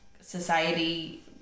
society